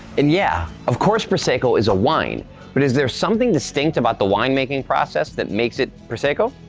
and yeah, of course prosecco is a wine but is there something distinct about the wine making process that makes it prosecco?